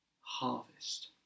harvest